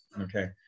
Okay